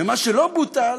ומה שלא בוטל,